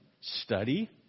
study